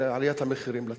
עליית המחירים לצרכן,